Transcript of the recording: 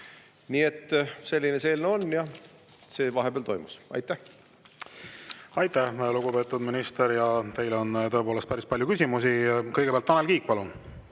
Nii et selline see eelnõu on ja see vahepeal toimus. Aitäh! Aitäh, lugupeetud minister! Teile on tõepoolest päris palju küsimusi. Kõigepealt Tanel Kiik, palun!